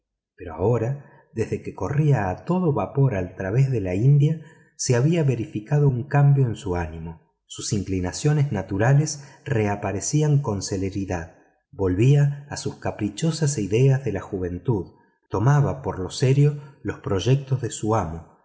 pero ahora desde que corría a todo vapor al través de la india se había verificado un cambio en su ánimo sus inclinaciones naturales reaparecían con celeridad volvía a sus caprichosas ideas de la juventud tomaba por lo serio los proyectos de su amo